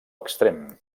extrem